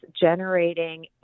generating